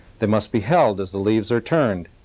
they must be held as the leaves are turned.